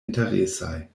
interesaj